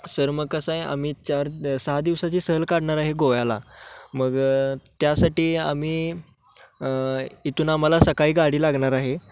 sir मग कसं आहे आम्ही चार सहा दिवसाची सहल काढणार आहे गोव्याला मग त्यासाठी आम्ही इथून आम्हाला सकाळी गाडी लागणार आहे